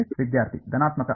ವಿದ್ಯಾರ್ಥಿ ಧನಾತ್ಮಕ ಆರ್